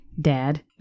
dad